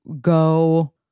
go